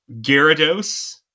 Gyarados